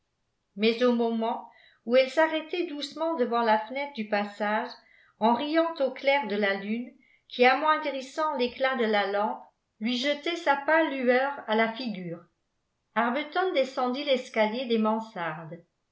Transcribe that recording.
mais au moment où elle s'arrêtait doucement devant la fenêtre du passage en riant au clair de la lune qui amoindrissant l'éclat de la lampe lui jetait sa pâle lueur à la figure arbuton descendit l'escalier des mansardes